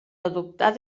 adoptar